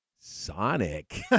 Sonic